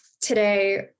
today